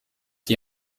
die